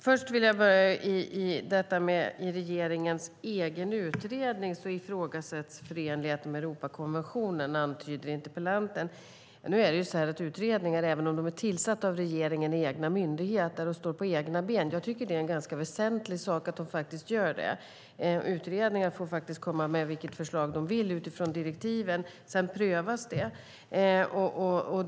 Herr talman! I regeringens egen utredning ifrågasätts förenligheten med Europakonventionen, antyder interpellanten. Nu är det så att utredningar, även om de är tillsatta av regeringen, är egna myndigheter och står på egna ben. Jag tycker att det är en ganska väsentlig sak att de gör det. Utredningar får faktiskt komma med vilka förslag de vill utifrån direktiven, och sedan prövas de.